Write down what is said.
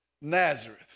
Nazareth